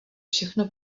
všechno